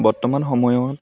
বৰ্তমান সময়ত